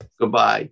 Goodbye